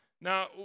Now